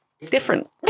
different